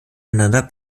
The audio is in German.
einander